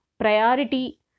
priority